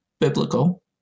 biblical